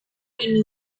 ini